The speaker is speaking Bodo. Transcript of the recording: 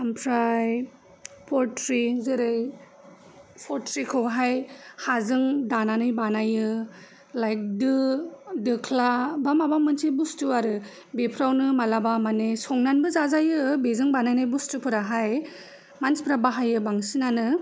ओमफ्राय पउट्रि जेरै पउट्रिखौहाय हाजों दानानै बानायो लाइक दो दोख्ला बा माबा मोनसे बुसथु आरो बेफ्रावनो मालाबा माने संनानैबो जाजायो बेजों बानायनाय बुस्थुफोराहाय मानसिफोरा बाहायो बांसिनानो